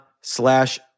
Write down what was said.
slash